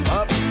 up